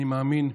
אני מאמין,